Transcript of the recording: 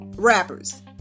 Rappers